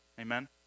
Amen